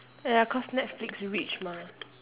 ya cause netflix rich mah